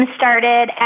started